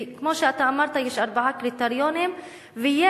וכמו שאתה אמרת, יש ארבעה קריטריונים ויש